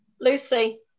lucy